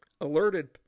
alerted